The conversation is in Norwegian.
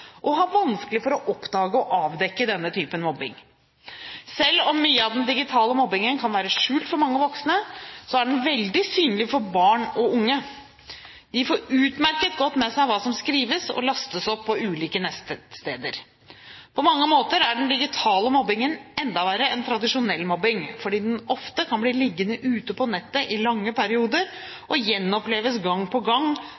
og har vanskelig for å oppdage og avdekke denne typen mobbing. Selv om mye av den digitale mobbingen kan være skjult for mange voksne, er den veldig synlig for barn og unge. De får utmerket godt med seg hva som skrives og lastes opp på ulike nettsteder. På mange måter er den digitale mobbingen enda verre enn tradisjonell mobbing fordi den ofte kan bli liggende ute på nettet i lange perioder og gjenoppleves gang